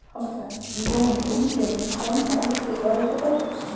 हमरा loan repayment कोन तारीख के करे के परतई?